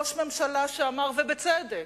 ראש ממשלה שאמר, ובצדק,